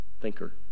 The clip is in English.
Thinker